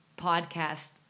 podcast